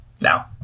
Now